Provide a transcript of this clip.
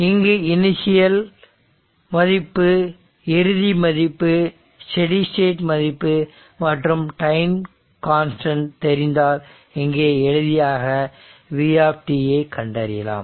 இங்கு இனிஷியல் மதிப்பு இறுதி மதிப்பு ஸ்டெடி ஸ்டேட் மதிப்பு மற்றும் டைம் கான்ஸ்டன்ட் தெரிந்தால் இங்கே எளிதாக v கண்டறியலாம்